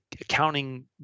accounting